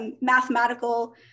mathematical